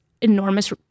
enormous